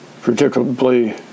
particularly